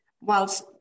whilst